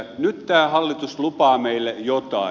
nyt tämä hallitus lupaa meille jotain